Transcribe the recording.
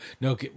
no